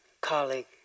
colleague